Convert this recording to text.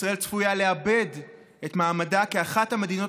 ישראל צפויה לאבד את מעמדה כאחת המדינות